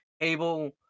able